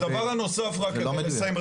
והדבר הנוסף רק רגע, אני מסיים.